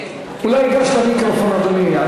אולי ייגש למיקרופון, אדוני.